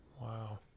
Wow